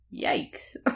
yikes